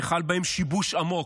שחל בהם שיבוש עמוק.